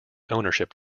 ownership